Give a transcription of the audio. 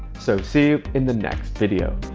so see you in the next video.